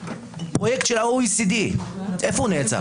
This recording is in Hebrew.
פרויקט של ה-OECD, איפה הוא נעצר?